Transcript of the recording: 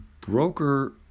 Broker